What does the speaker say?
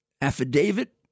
affidavit